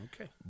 Okay